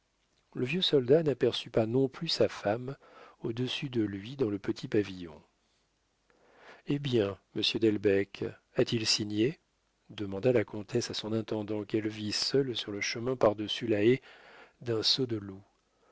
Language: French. le vieux soldat n'aperçut pas non plus sa femme au-dessus de lui dans le petit pavillon hé bien monsieur delbecq a-t-il signé demanda la comtesse à son intendant qu'elle vit seul sur le chemin par-dessus la haie d'un saut de loup